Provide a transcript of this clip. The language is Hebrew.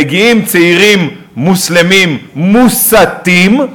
מגיעים צעירים מוסלמים מוסתים,